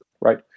right